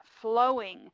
flowing